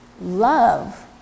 love